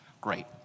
great